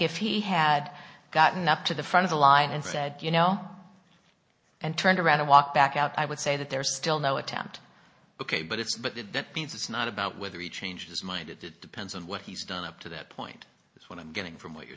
if he had gotten up to the front of the line and said you know and turned around and walked back out i would say that there's still no attempt ok but it's but that means it's not about whether he changed his mind it depends on what he's done up to that point is what i'm getting from what you're